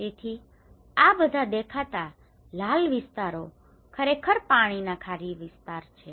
તેથી આ બધા દેખાતા લાલ વિસ્તારો ખરેખર પાણીના ખારા વિસ્તારો છે